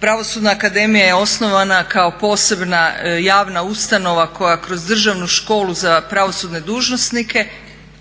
Pravosudna akademija je osnovana kao posebna javna ustanova koja kroz državnu školu za pravosudne dužnosnike,